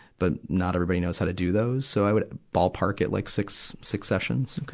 but not everybody knows how to do those. so i would ballpark at like six, six sessions.